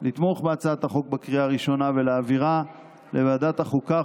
לתמוך בהצעת החוק בקריאה ראשונה ולהעבירה לוועדת החוקה,